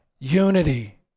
Unity